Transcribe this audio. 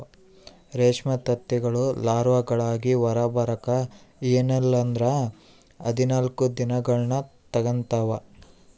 ರೇಷ್ಮೆ ತತ್ತಿಗಳು ಲಾರ್ವಾಗಳಾಗಿ ಹೊರಬರಕ ಎನ್ನಲ್ಲಂದ್ರ ಹದಿನಾಲ್ಕು ದಿನಗಳ್ನ ತೆಗಂತಾವ